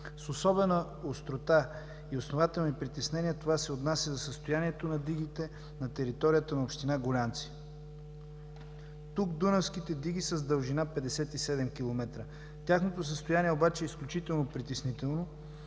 С особена острота и основателни притеснения това се отнася за състоянието на дигите на територията на община Гулянци. Тук дунавските диги са с дължина 57 км. Тяхното състояние обаче е изключително притеснително,